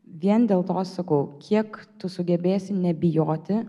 vien dėl to sakau kiek tu sugebėsi nebijoti